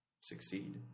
succeed